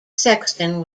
sexton